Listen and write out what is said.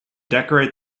decorate